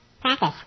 practice